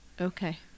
Okay